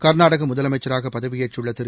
கர்நாடக முதலமைச்சராக பதவியேற்றுள்ள திரு